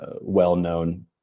well-known